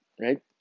right